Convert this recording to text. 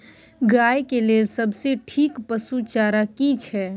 गाय के लेल सबसे ठीक पसु चारा की छै?